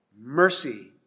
Mercy